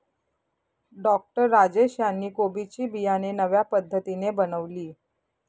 doctor Rajesh यांनी कोबी ची बियाणे नव्या पद्धतीने बनवली